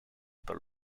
per